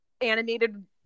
animated